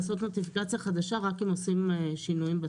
לעשות נוטיפיקציה חדשה רק אם עושים שינויים בתיק,